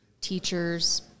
teachers